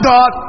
God